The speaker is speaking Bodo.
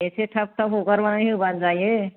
एसे थाब थाब हगारनानै होबानो जायो